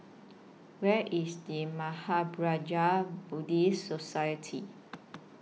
Where IS The Mahaprajna Buddhist Society